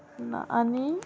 ना आनी